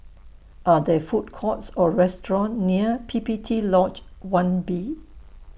Are There Food Courts Or restaurants near P P T Lodge one B